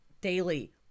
daily